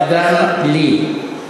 קדם לי.